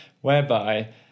whereby